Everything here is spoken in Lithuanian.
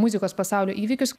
muzikos pasaulio įvykius